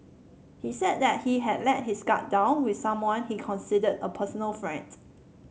he said that he had let his guard down with someone he considered a personal friend